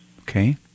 Okay